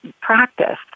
practice